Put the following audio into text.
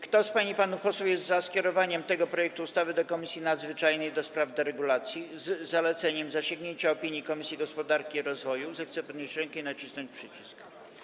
Kto z pań i panów posłów jest za skierowaniem tego projektu ustawy do Komisji Nadzwyczajnej do spraw deregulacji, z zaleceniem zasięgnięcia opinii Komisji Gospodarki i Rozwoju, zechce podnieść rękę i nacisnąć przycisk.